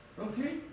Okay